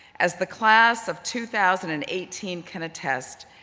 as the class of two thousand and eighteen can attest,